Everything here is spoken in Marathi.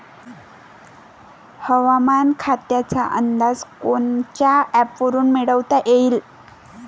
हवामान खात्याचा अंदाज कोनच्या ॲपवरुन मिळवता येईन?